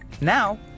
Now